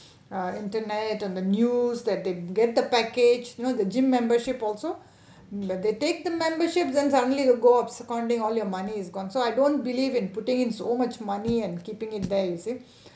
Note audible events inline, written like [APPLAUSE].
uh internet on the news that they get the package you know the gym membership also mm but they take the membership then suddenly you go off and all your money is gone so I don't believe in putting in so much money and keeping it there you see [BREATH]